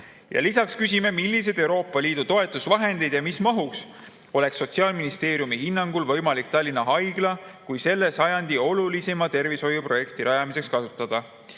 Lisaks küsime, milliseid Euroopa Liidu toetusvahendeid ja mis mahus oleks Sotsiaalministeeriumi hinnangul võimalik Tallinna Haigla kui selle sajandi olulisima tervishoiuprojekti rajamiseks kasutada. Ehk